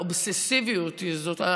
האובססיביות הזאת,